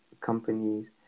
companies